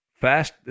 Fast